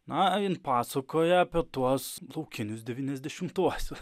na ir pasakoja apie tuos laukinius devyniasdešimtuosius